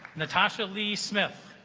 natasha lee smith